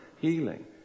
healing